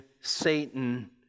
Satan